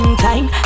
time